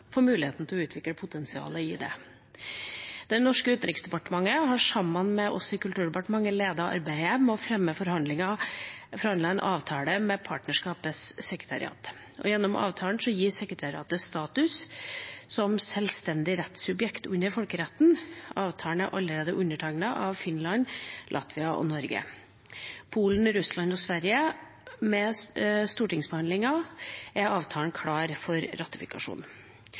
muligheten til å utvikle potensialet i det. Det norske utenriksdepartementet har sammen med oss i Kulturdepartementet ledet arbeidet med å framforhandle en avtale om partnerskapets sekretariat. Gjennom avtalen gis sekretariatet status som sjølstendig rettssubjekt under folkeretten. Avtalen er allerede undertegnet av Finland, Latvia, Norge, Polen, Russland og Sverige. Med stortingsbehandlingen er avtalen klar for ratifikasjon.